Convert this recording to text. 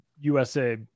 USA